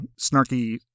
snarky